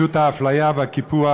האפליה והקיפוח